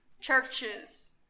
Churches